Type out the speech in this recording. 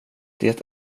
det